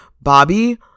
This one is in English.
Bobby